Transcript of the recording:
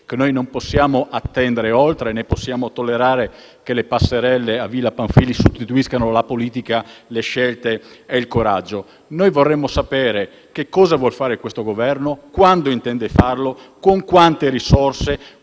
che noi non possiamo attendere oltre, né possiamo tollerare che le passerelle a Villa Pamphilj sostituiscano la politica, le scelte e il coraggio. Noi vorremmo sapere che cosa vuol fare questo Governo, quando intende farlo, con quante risorse,